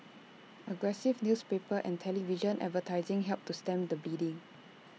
aggressive newspaper and television advertising helped to stem the bleeding